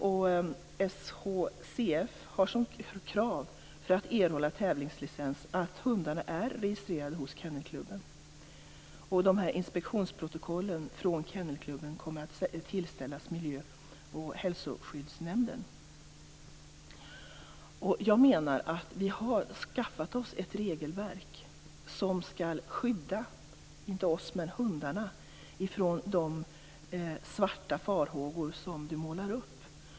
SHCF har som krav för att man skall erhålla tävlingslicens att hundarna är registrerade hos Kennelklubben. Inspektionsprotokollen från Kennelklubben kommer att tillställas miljö och hälsoskyddsnämnderna. Jag menar att vi har skaffat oss ett regelverk som skall skydda inte oss men hundarna från de svarta farhågor som du målar upp.